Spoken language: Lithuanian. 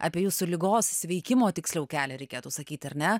apie jūsų ligos sveikimo tiksliau kelią reikėtų sakyti ar ne